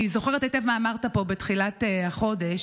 אני זוכרת היטב מה אמרת פה בתחילת החודש.